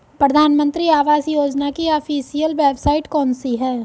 प्रधानमंत्री आवास योजना की ऑफिशियल वेबसाइट कौन सी है?